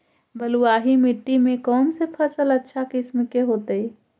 बलुआही मिट्टी में कौन से फसल अच्छा किस्म के होतै?